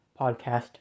podcast